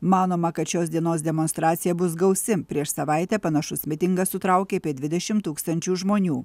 manoma kad šios dienos demonstracija bus gausi prieš savaitę panašus mitingas sutraukė apie dvidešimt tūkstančių žmonių